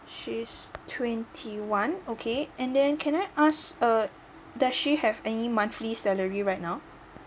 she's twenty one okay and then can I ask uh does she have any monthly salary right now